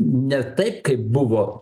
ne taip kaip buvo